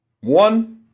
One